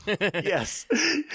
Yes